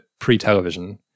pre-television